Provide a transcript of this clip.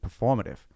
performative